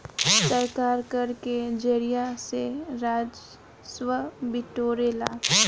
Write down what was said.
सरकार कर के जरिया से राजस्व बिटोरेला